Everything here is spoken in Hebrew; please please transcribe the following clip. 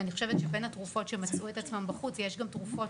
ואני חושבת שבין התרופות שמצאו את עצמן בחוץ יש גם תרופות